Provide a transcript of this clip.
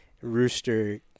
Rooster